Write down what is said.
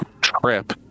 trip